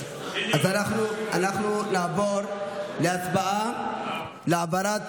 אז אנחנו נעבור לצבעה על העברת